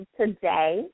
today